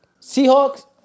Seahawks